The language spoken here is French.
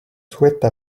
souhaite